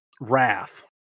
Wrath